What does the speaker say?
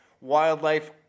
wildlife